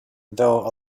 though